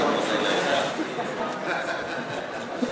הפתעת אותי.